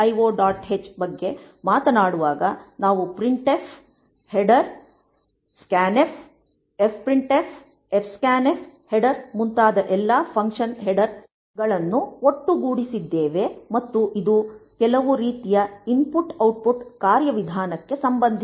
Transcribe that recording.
h ಬಗ್ಗೆ ಮಾತನಾಡುವಾಗ ನಾವು ಪ್ರಿಂಟ್ಎಫ್ ಹೆಡರ್ ಸ್ಕ್ಯಾನ್ಫ್ ಹೆಡರ್ ಎಫ ಪ್ರಿಂಟ್ಎಫ್ಹೆಡರ್ ಹೆಡರ್ ಮುಂತಾದ ಎಲ್ಲಾ ಫಂಕ್ಷನ್ ಹೆಡರ್ ಗಳನ್ನು ಒಟ್ಟುಗೂಡಿಸಿದ್ದೇವೆ ಮತ್ತು ಇದು ಕೆಲವು ರೀತಿಯ ಇನ್ಪುಟ್ ಔಟ್ಪುಟ್ ಕಾರ್ಯವಿಧಾನಕ್ಕೆ ಸಂಬಂಧಿಸಿದೆ